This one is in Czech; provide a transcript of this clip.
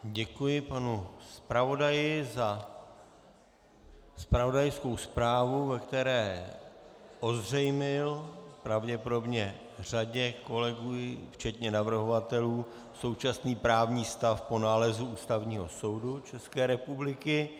Děkuji panu zpravodaji za zpravodajskou zprávu, ve které ozřejmil pravděpodobně řadě kolegů, včetně navrhovatelů, současný právní stav po nálezu Ústavního soudu České republiky.